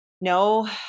no